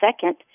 second